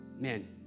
Man